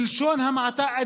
בלשון המעטה,